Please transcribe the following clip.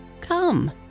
Come